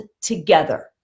together